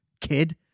kid